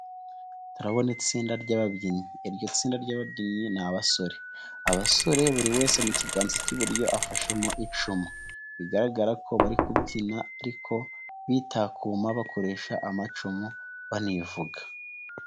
Turabona itsinda ry'ababyinnyi . Iryo tsinda ry'ababyinnyi ni abasore. Abasore buri wese mu kiganza cy'iburyo afashemo icumu. Bigaragara ko bari kubyina ariko bitakuma bakoresha amacumu banivuga.